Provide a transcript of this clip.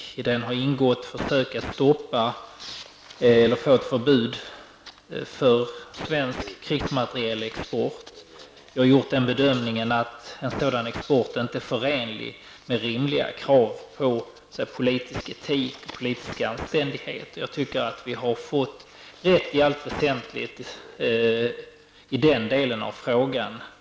I den har ingått försök att få förbud mot svensk krigsmaterielexport. Vi har gjort bedömningen att en sådan export inte är förenlig med rimliga krav på politisk etik och politisk anständighet. Jag tycker att vi i allt väsentligt har fått rätt i den delen av frågan.